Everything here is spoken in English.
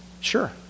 sure